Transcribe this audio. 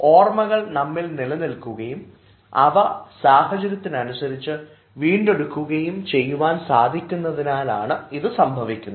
ഓർമ്മകൾ നമ്മിൽ നിലനിൽക്കുകയും അവ സാഹചര്യത്തിനനുസരിച്ച് വീണ്ടെടുക്കുകയും ചെയ്യുവാൻ സാധിക്കുന്നതിലാണ് ഇത് സംഭവിക്കുന്നത്